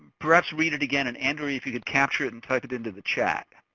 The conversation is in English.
perhaps read it again and andrea, if you can capture it and type it into the chat.